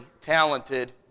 talented